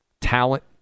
Talent